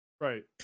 Right